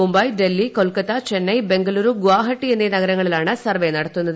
മുംബൈ ഡൽഹി കൊൽക്കത്ത ചെന്നൈ ബംഗലുരു ഗുവാഹട്ടി എന്നീ നഗരങ്ങളിലാണ് സർവേ നടത്തുന്നത്